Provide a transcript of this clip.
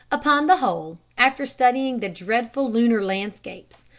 upon the whole, after studying the dreadful lunar landscapes,